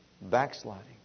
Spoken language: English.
backsliding